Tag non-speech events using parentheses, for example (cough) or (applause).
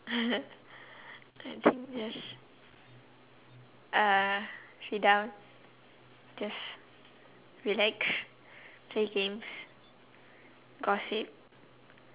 (laughs) I think just uh sit down just relax play games gossip